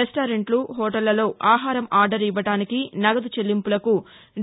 రెస్టారెంట్లు హోటళ్లలో ఆహారం ఆర్దర్ ఇవ్వడానికి నగదు చెల్లింపులకు